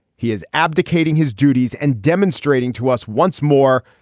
he is abdicating his duties and demonstrating to us once more.